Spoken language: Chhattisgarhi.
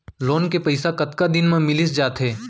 लोन के पइसा कतका दिन मा मिलिस जाथे?